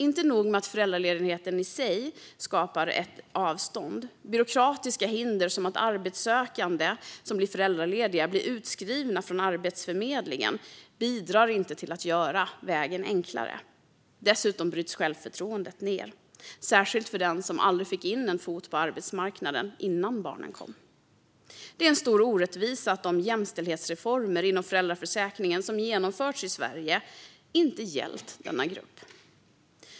Inte nog med att föräldraledigheten i sig skapar ett avstånd - byråkratiska hinder som att arbetssökande som blir föräldralediga blir utskrivna från Arbetsförmedlingen bidrar inte heller till att göra vägen enklare. Dessutom bryts självförtroendet ned, särskilt för den som aldrig fick in en fot på arbetsmarknaden innan barnen kom. Det är en stor orättvisa att de jämställdhetsreformer inom föräldraförsäkringen som genomförts i Sverige inte gällt denna grupp.